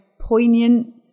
poignant